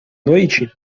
noite